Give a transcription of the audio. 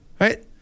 right